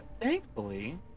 thankfully